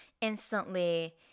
instantly